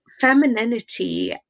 femininity